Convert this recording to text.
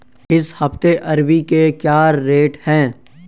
इस हफ्ते अरबी के क्या रेट हैं?